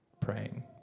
praying